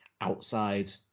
outside